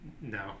no